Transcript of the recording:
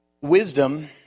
Wisdom